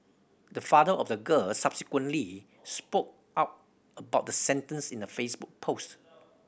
the father of the girl subsequently spoke out about the sentence in a Facebook post